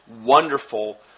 wonderful